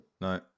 no